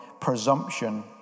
presumption